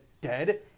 dead